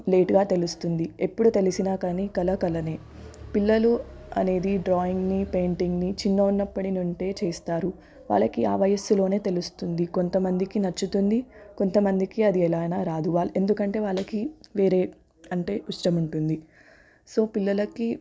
లేటుగా తెలుస్తుంది ఎప్పుడు తెలిసినా కానీ కల కలనే పిల్లలు అనేది డ్రాయింగ్ని పెయింటింగ్ని చిన్నగా ఉన్నప్పటి నుండే చేస్తారు వాళ్ళకి ఆ వయస్సులోనే తెలుస్తుంది కొంతమందికి నచ్చుతుంది కొంతమందికి అది ఎలా అయినా రాదు ఎందుకంటే వాళ్ళకి వేరే అంటే ఇష్టం ఉంటుంది సో పిల్లలకి